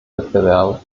wettbewerb